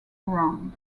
round